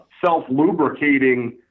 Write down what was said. self-lubricating